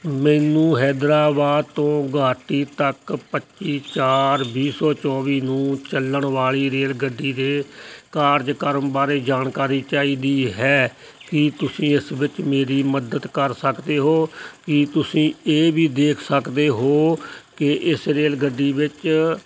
ਮੈਨੂੰ ਹੈਦਰਾਬਾਦ ਤੋਂ ਗੁਹਾਟੀ ਤੱਕ ਪੱਚੀ ਚਾਰ ਵੀਹ ਸੌ ਚੌਵੀ ਨੂੰ ਚੱਲਣ ਵਾਲੀ ਰੇਲ ਗੱਡੀ ਦੇ ਕਾਰਜ ਕਰਮ ਬਾਰੇ ਜਾਣਕਾਰੀ ਚਾਹੀਦੀ ਹੈ ਕੀ ਤੁਸੀਂ ਇਸ ਵਿੱਚ ਮੇਰੀ ਮਦਦ ਕਰ ਸਕਦੇ ਹੋ ਕੀ ਤੁਸੀਂ ਇਹ ਵੀ ਦੇਖ ਸਕਦੇ ਹੋ ਕਿ ਇਸ ਰੇਲ ਗੱਡੀ ਵਿੱਚ